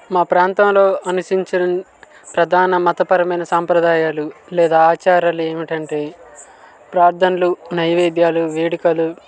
మా ప్రాంతంలో అనుసరించే ప్రధాన మతపరమైన సాంప్రదాయాలు లేదా ఆచారాలు ఏమిటంటే ప్రార్ధనలు నైవేద్యాలు వేడుకలు